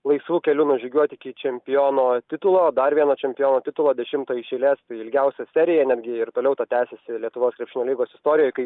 laisvu keliu nužygiuoti iki čempiono titulo dar vieną čempiono titulo dešimtą iš eilės ilgiausia serija netgi ir toliau ta tęsiasi lietuvos krepšinio lygos istorijoje kai